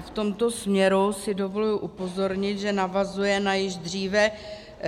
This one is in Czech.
V tomto směru si dovoluji upozornit, že navazuje na již dříve